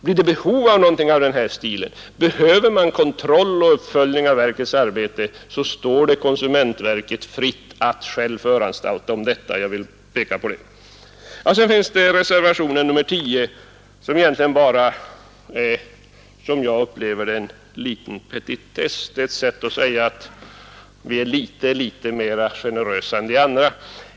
Om behov av någonting i denna stil uppkommer, om man behöver en kontroll och uppföljning av verkets arbete, så står det konsumentverket fritt att självt föranstalta om det. Detta vill jag påpeka. Reservationen 10 upplever jag endast som en petitess. Den är ett sätt att säga att vi reservanter är litet mera generösa än de andra.